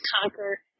conquer